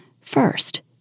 First